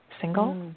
single